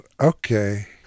okay